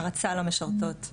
הערצה למשרתות.